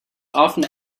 often